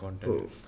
content